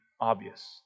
obvious